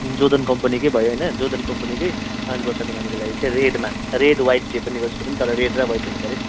Jordan कम्पनीकै भयो होइन जोर्डन कम्पनीकै पाँच वर्षको नानीको लागि चाहिँ रेडमा रेड व्हाइट जे पनि जस्तो पनि तर रेड र व्हाइट हुनु पऱ्यो